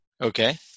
Okay